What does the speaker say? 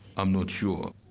i'm not sure.